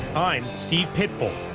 i'm steve pitbull,